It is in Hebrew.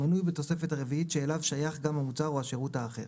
המנוי בתוספת הרביעית שאליו שייך גם המוצר או השירות האחר,